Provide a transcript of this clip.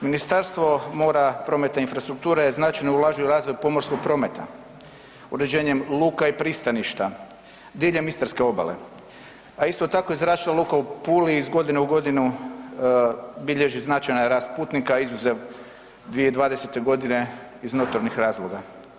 Ministarstvo mora, prometa i infrastrukture značajno ulaže i u razvoj pomorskog prometa uređenjem luka i pristaništa diljem istarske obale, a isto tako i zračna luka u Puli iz godine u godinu bilježi značajan rast putnika izuzev 2020. godine iz notornih razloga.